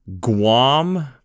Guam